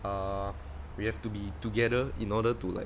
uh we have to be together in order to like